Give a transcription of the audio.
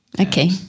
Okay